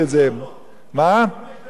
יש לך חמש דקות לדבר על זה.